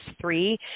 three